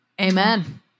Amen